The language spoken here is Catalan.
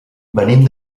venim